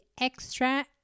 extra